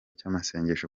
cy’amasengesho